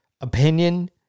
opinion